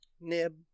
Nib